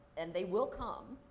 and they will come.